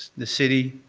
the city,